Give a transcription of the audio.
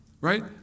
Right